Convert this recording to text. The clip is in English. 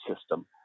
system